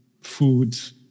foods